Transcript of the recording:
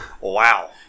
Wow